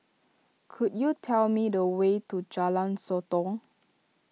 could you tell me the way to Jalan Sotong